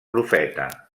profeta